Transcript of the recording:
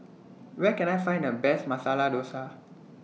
Where Can I Find The Best Masala Dosa